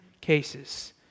cases